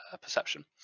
perception